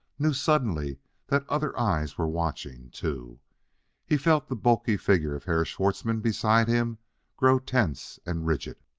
knew suddenly that other eyes were watching, too he felt the bulky figure of herr schwartzmann beside him grow tense and rigid.